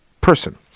person